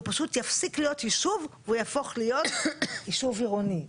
הוא פשוט יפסיק להיות יישוב והוא יהפוך להיות יישוב עירוני.